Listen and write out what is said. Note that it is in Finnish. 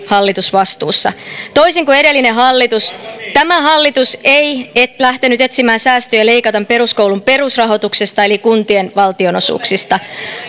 hallitusvastuussa toisin kuin edellinen hallitus tämä hallitus ei lähtenyt etsimään säästöjä leikaten peruskoulun perusrahoituksesta eli kuntien valtionosuuksista